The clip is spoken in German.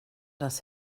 das